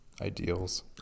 ideals